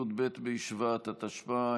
י"ב בשבט התשפ"א,